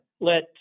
let